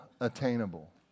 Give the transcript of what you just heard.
attainable